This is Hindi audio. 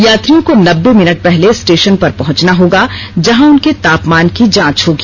यात्रियों को नब्बे मिनट पहले स्टेशन पर पहुंचना होगा जहां उनके तापमान की जांच होगी